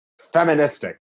feministic